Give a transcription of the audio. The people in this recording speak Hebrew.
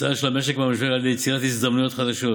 הוצאה של המשק מהמשבר על ידי יצירת הזדמנויות חדשות,